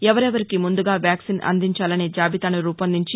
ఎవరెవరికి ముందుగా వ్యాక్సిన్ అందించాలనే జాబితాను రూపొందించి